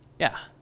yeah?